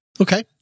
Okay